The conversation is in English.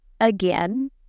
Again